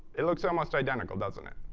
it looks almost identical, doesn't it?